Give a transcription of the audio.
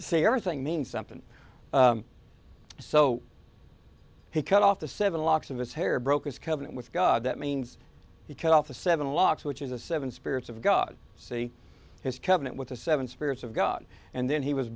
or thing means something so he cut off the seven locks of his hair broke his covenant with god that means he cut off the seven locks which is a seven spirits of god see his covenant with the seven spirits of god and then he was